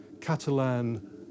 Catalan